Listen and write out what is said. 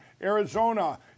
Arizona